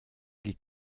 die